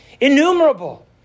innumerable